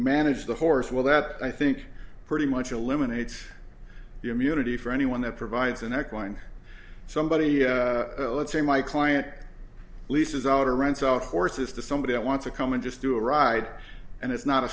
manage the horse well that i think pretty much eliminates the immunity for anyone that provides an echoing somebody let's say my client leases out or rents out horses to somebody that wants to come and just do a ride and it's not a